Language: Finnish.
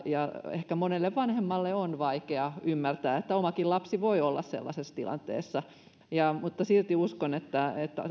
ehkä monelle vanhemmalle on vaikeaa ymmärtää että omakin lapsi voi olla sellaisessa tilanteessa mutta silti uskon että